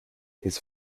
his